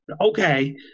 okay